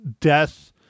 death